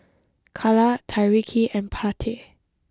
Calla Tyreke and Pate